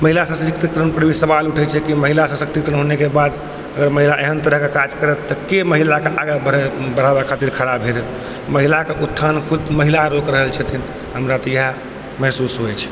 महिला सशक्तिकरणपर भी सवाल उठै छै की महिला सशक्तिकरण होनेके बाद अगर महिला एहन तरहके काज करत तऽ के महिलाके आगाँ बढ़ाबै खातिर खड़ा हेतै महिलाके उत्थान खुद महिला रोकि रहल छथिन हमरा तऽ इएह महसूस होइ छै